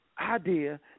idea